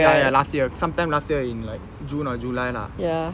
ya ya last year some time last year in like june or july lah